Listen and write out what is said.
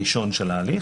בני זוג שנכנסו להליך.